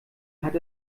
hat